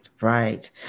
Right